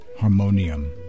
harmonium